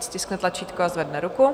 Ať stiskne tlačítko a zvedne ruku.